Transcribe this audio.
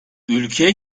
ülke